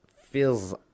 feels